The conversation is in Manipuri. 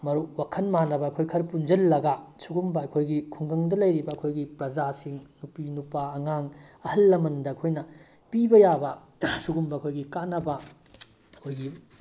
ꯃꯔꯨꯞ ꯋꯥꯈꯜ ꯃꯥꯟꯅꯕ ꯑꯩꯈꯣꯏ ꯈꯔ ꯄꯨꯟꯁꯤꯜꯂꯒ ꯁꯤꯒꯨꯝꯕ ꯑꯩꯈꯣꯏꯒꯤ ꯍꯨꯡꯒꯪꯗ ꯂꯩꯔꯤꯕ ꯑꯩꯈꯣꯏꯒꯤ ꯄ꯭ꯔꯖꯥꯁꯤꯡ ꯅꯨꯄꯤ ꯅꯨꯄꯥ ꯑꯉꯥꯡ ꯑꯍꯜ ꯂꯃꯟꯗ ꯑꯩꯈꯣꯏꯅ ꯄꯤꯕ ꯌꯥꯕ ꯁꯤꯒꯨꯝꯕ ꯑꯩꯈꯣꯏꯒꯤ ꯀꯥꯟꯅꯕ ꯑꯩꯈꯣꯏꯒꯤ